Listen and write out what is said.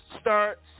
start